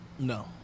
No